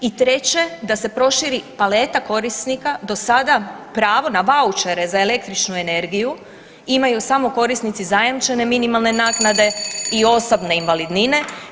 I treće, da se proširi paleta korisnika do sada pravo na vaučere za električnu energiju imaju samo korisnici zajamčene minimalne naknade i osobne invalidnine.